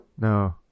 No